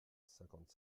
cinquante